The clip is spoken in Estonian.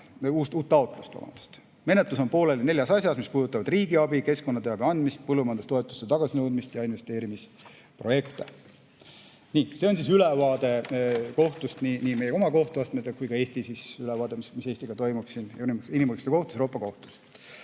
uut taotlust. Menetlus on pooleli neljas asjas, mis puudutavad riigiabi, keskkonnateabe andmist, põllumajandustoetuste tagasinõudmist ja investeerimisprojekte. See oli ülevaade kohtust, nii meie oma kohtuastmetest kui ka [sellest], mis Eesti asjadega toimub inimõiguste kohtus ja Euroopa Kohtus.